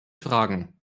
fragen